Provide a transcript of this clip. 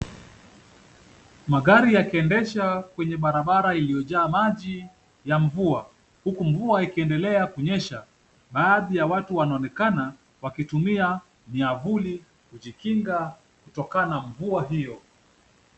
Magari yakiendeshwa kwenye barabara iliyojaa maji ya mvua, huku mvua ikiendelea kunyesha. Baadhi ya watu wanaonekana wakitumia miavuli kujikinga kutokana na mvua hiyo.